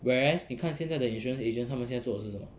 whereas 你看现在的 insurance agent 他们现在做的是什么